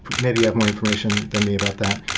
maybe you have more information than me about that.